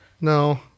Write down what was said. No